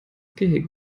gehege